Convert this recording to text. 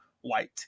white